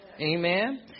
Amen